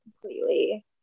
completely